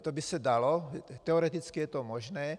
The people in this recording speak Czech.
To by se dalo, teoreticky je to možné.